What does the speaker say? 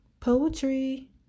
Poetry